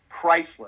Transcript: priceless